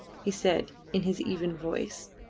he said in his even voice.